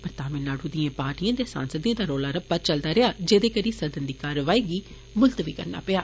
पर तमिलनाडू दिएं पार्टीएं दे सांसदें दा रौला रप्पा चलदा रेया जेर्दे करी सदी दी कारवाई गी मुल्तवी पाना पेआ